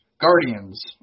Guardians